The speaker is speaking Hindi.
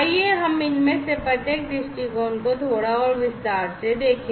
आइए हम इनमें से प्रत्येक दृष्टिकोण को थोड़ा और विस्तार से देखें